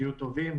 תהיו טובים".